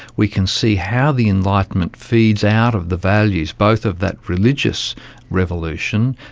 we can see how the enlightenment feeds out of the values both of that religious revolution,